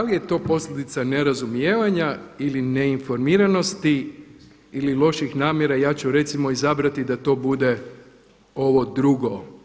Da li je to posljedica nerazumijevanja ili neinformiranosti ili loših namjera, ja ću recimo izabrati da to bude ovo drugo.